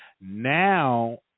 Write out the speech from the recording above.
Now